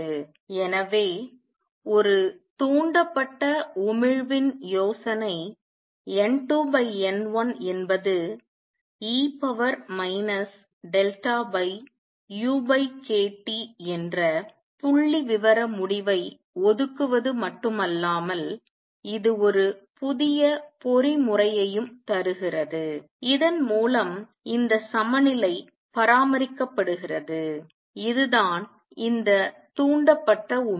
எனவே ஒரு தூண்டப்பட்ட உமிழ்வின் யோசனை N2 N1 என்பது e ukTஎன்ற புள்ளிவிவர முடிவை ஒதுக்குவது மட்டுமல்லாமல் இது ஒரு புதிய பொறிமுறையையும் தருகிறது இதன் மூலம் இந்த சமநிலை பராமரிக்கப்படுகிறது இதுதான் இந்த தூண்டப்பட்ட உமிழ்வு